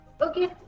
okay